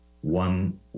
one